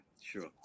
sure